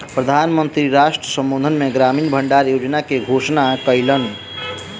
प्रधान मंत्री राष्ट्र संबोधन मे ग्रामीण भण्डार योजना के घोषणा कयलैन